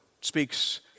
speaks